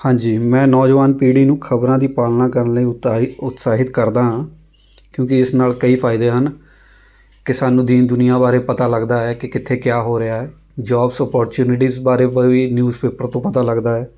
ਹਾਂਜੀ ਮੈਂ ਨੌਜਵਾਨ ਪੀੜ੍ਹੀ ਨੂੰ ਖ਼ਬਰਾਂ ਦੀ ਪਾਲਣਾ ਕਰਨ ਲਈ ਉਤਾਹੀ ਉਤਸ਼ਾਹਿਤ ਕਰਦਾ ਹਾਂ ਕਿਉਂਕਿ ਇਸ ਨਾਲ ਕਈ ਫਾਈਦੇ ਹਨ ਕਿ ਸਾਨੂੰ ਦੀਨ ਦੁਨੀਆ ਬਾਰੇ ਪਤਾ ਲੱਗਦਾ ਹੈ ਕਿ ਕਿੱਥੇ ਕਿਆ ਹੋ ਰਿਹਾ ਹੈ ਜੌਬਸ ਅਪੋਰਚੁਨਟੀਜ਼ ਬਾਰੇ ਵੀ ਨਿਊਜ਼ ਪੇਪਰ ਤੋਂ ਪਤਾ ਲੱਗਦਾ ਹੈ